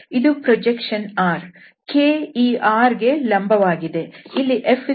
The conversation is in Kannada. ಇದು ಪ್ರೊಜೆಕ್ಷನ್ R k ಈ R ಗೆ ಲಂಬವಾಗಿದೆ